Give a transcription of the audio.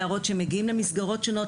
נערות שמגיעים למסגרות שונות,